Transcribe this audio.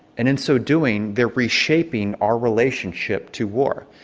and in so doing, they're reshaping our relationship to war.